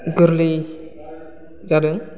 गोरलै जादों